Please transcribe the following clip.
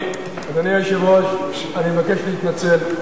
אדוני היושב-ראש, אני מבקש להתנצל.